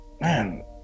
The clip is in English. man